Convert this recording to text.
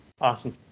Awesome